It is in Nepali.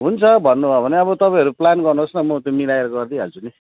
हुन्छ भन्नु हो भने अब तपाईँहरू प्लान गर्नुहोस् न म त्यो मिलाएर गरिदिइहाल्छु नि